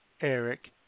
Eric